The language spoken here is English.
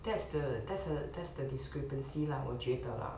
that's the that's the that's the discrepancy lah 我觉得啦